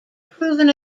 proven